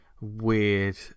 weird